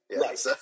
Right